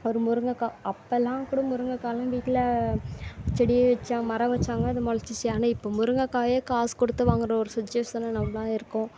ஒரு முருங்கைக்கா அப்போல்லாம் கூட முருங்கக்காய்லாம் வீட்டில் செடி வைச்சா மரம் வைச்சாங்க அது மொளைச்சிச்சி ஆனால் இப்போ முருங்கைக்காயே காசு கொடுத்து வாங்குகிற ஒரு சுச்சிவேஷனில் நாமெல்லாம் இருக்கோம்